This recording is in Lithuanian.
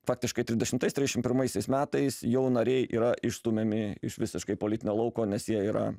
faktiškai trisdešimtais trisdešim pirmaisiais metais jau nariai yra išstumiami iš visiškai politinio lauko nes jie yra